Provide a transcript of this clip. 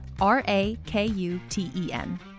R-A-K-U-T-E-N